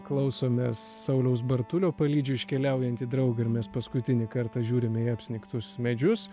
klausomės sauliaus bartulio palydžiu iškeliaujantį draugą ir mes paskutinį kartą žiūrime į apsnigtus medžius